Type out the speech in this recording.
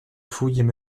fouillent